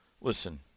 listen